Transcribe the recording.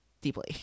deeply